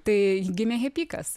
tai gimė hepikas